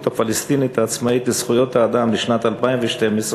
הפלסטינית העצמאית לזכויות האדם לשנת 2012,